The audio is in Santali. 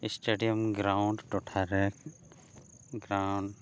ᱥᱴᱮᱹᱰᱤᱭᱟᱢ ᱜᱨᱟᱣᱩᱱᱰ ᱴᱚᱴᱷᱟ ᱨᱮ ᱜᱨᱟᱣᱩᱱᱰ